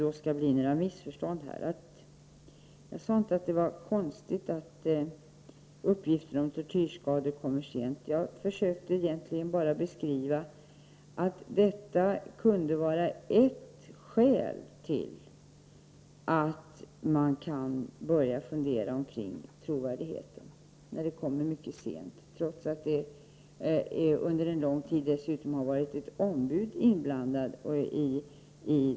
Den förlikning i fallet med palestiniern Yassir Mansin som har kommit till stånd tack vare den senare konventionen tyder på att det inte står rätt till när det gäller svensk asylpolitik. Jag vill också anföra ett annat exempel. Det gäller en man som har nekats asyl i Sverige och som utvisades till Turkiet i juli 1989. Vid ankomsten till Istanbul togs mannen i förhör. Han sattes i fängelse och fick stanna där i tre veckor. Den här mannen kommer från Konyaprovinsen i Turkiet. I detta fall är det inte fråga om tortyr, utan det är fråga om trakasserier. Mannen var nämligen tvungen att anmäla sig varje dag hos polisen i Konyaprovinsen.